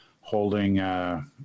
holding